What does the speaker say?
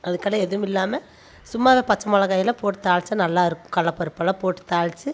அதுக்கெல்லாம் எதுவும் இல்லாமல் சும்மா பச்சை மிளகாய் எல்லாம் போட்டு தாளிச்சா நல்லாயிருக்கும் கடல்லப்பருப்பெல்லாம் போட்டு தாளிச்சி